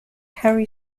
harry